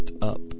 up